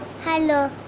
Hello